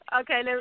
Okay